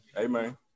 Amen